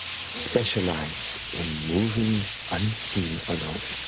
specialize in moving unseen alone.